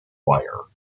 wire